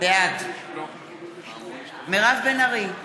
בעד מירב בן ארי,